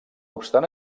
obstant